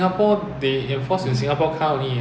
I think it's about fifteen twenty dollars per day